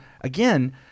again